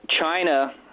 China